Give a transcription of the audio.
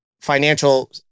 financial